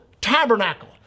tabernacle